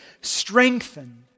strengthened